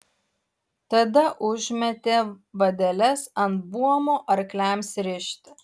tada užmetė vadeles ant buomo arkliams rišti